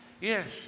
Yes